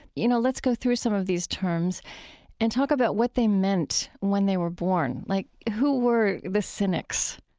you know, let's go through some of these terms and talk about what they meant when they were born. like who were the cynics?